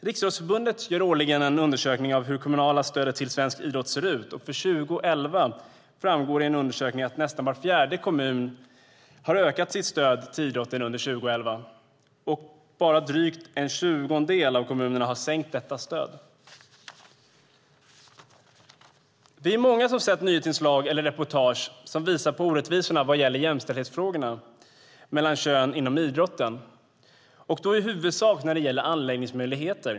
Riksidrottsförbundet gör årligen en undersökning av hur det kommunala stödet till svensk idrott ser ut, och för 2011 framgår i en undersökning att nästan var fjärde kommun har ökat sitt stöd till idrotten under 2011. Bara drygt en tjugondel av kommunerna har sänkt detta stöd. Vi är många som har sett nyhetsinslag eller reportage som visar på orättvisorna vad gäller jämställdheten mellan könen inom idrotten, och då i huvudsak när det gäller anläggningsmöjligheter.